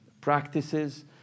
practices